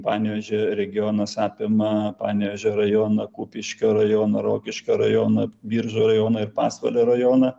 panevėžio regionas apima panevėžio rajoną kupiškio rajoną rokiškio rajoną biržų rajoną ir pasvalio rajoną